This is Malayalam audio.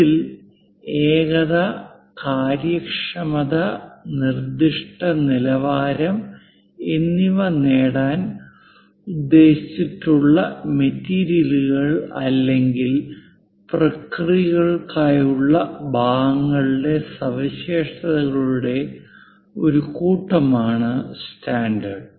ഇതിൽ ഏകത കാര്യക്ഷമത നിർദ്ദിഷ്ട നിലവാരം എന്നിവ നേടാൻ ഉദ്ദേശിച്ചുള്ള മെറ്റീരിയലുകൾ അല്ലെങ്കിൽ പ്രക്രിയകൾക്കായുള്ള ഭാഗങ്ങളുടെ സവിശേഷതകളുടെ ഒരു കൂട്ടമാണ് സ്റ്റാൻഡേർഡ്